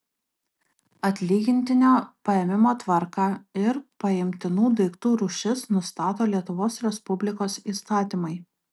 atlygintinio paėmimo tvarką ir paimtinų daiktų rūšis nustato lietuvos respublikos įstatymai